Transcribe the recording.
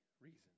reason